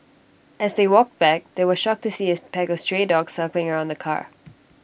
as they walked back they were shocked to see A pack of stray dogs circling around the car